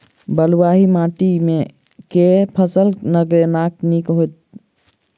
बलुआही माटि मे केँ फसल लगेनाइ नीक होइत?